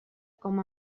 com